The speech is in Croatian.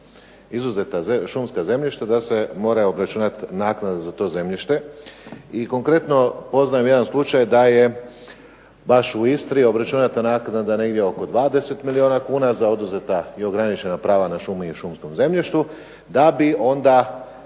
izuzeta šumska zemljišta da se moraju obračunati naknade za to zemljište, i konkretno poznajem jedan slučaj da je baš u Istri obračunata naknada negdje oko 20 milijuna kuna za oduzeta i ograničena prava na šume i šumskom zemljištu, da bi onda